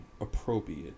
appropriate